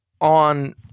on